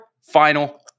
final